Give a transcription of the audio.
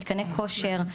מתקני כושר,